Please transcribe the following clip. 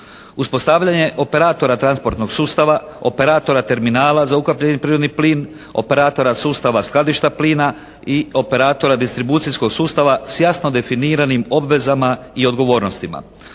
Uspostavljanje operatora transportnog sustava, operatora terminala za ukapljeni plin, operatora sustava skladišta plina i operatora distribucijskog sustava s jasno definiranim obvezama i odgovornostima.